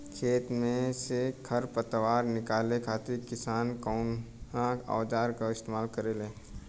खेत में से खर पतवार निकाले खातिर किसान कउना औजार क इस्तेमाल करे न?